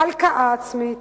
הלקאה עצמית,